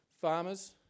farmers